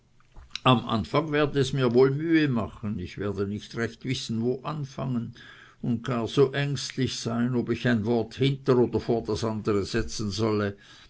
im anfang werde es mir wohl mühe machen ich werde nicht recht wissen wo anfangen und gar so ängstlich sein ob ich ein wort hinter oder vor das andere setzen solle